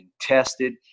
tested